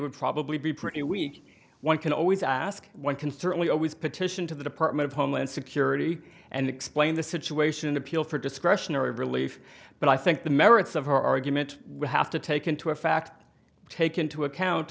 would probably be pretty weak one can always ask one can certainly always petition to the department of homeland security and explain the situation in appeal for discretionary relief but i think the merits of her argument would have to take into a fact take into account